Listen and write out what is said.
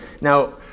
now